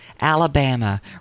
Alabama